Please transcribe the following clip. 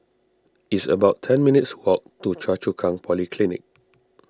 it's about ten minutes' walk to Choa Chu Kang Polyclinic